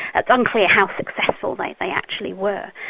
it's unclear how successful they they actually were,